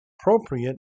appropriate